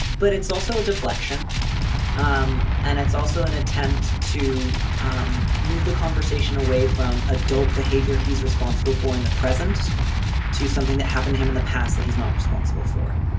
but it's also a deflection um and it's also an attempt to um move the conversation away from adult behavior. he's responsible for in the present to something that happen to him in the past that he's not responsible for.